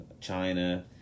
china